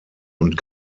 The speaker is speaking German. und